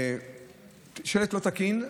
שלט לא תקין,